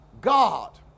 God